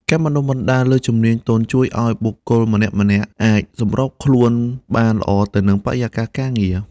ការបណ្តុះបណ្តាលលើជំនាញទន់ជួយឱ្យបុគ្គលម្នាក់ៗអាចសម្របខ្លួនបានល្អទៅនឹងបរិយាកាសការងារ។